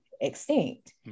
extinct